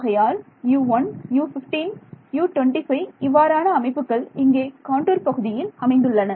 ஆகையால் U1 U15U25 இவ்வாறான அமைப்புகள் இங்கே காண்டூர் பகுதியில் அமைந்துள்ளன